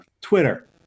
Twitter